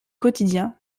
quotidien